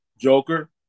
Joker